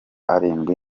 arindwi